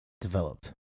Developed